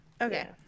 Okay